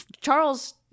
Charles